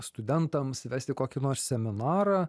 studentams vesti kokį nors seminarą